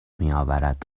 میآورد